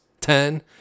ten